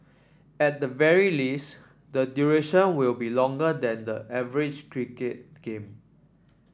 at the very least the duration will be longer than the average cricket game